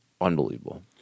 unbelievable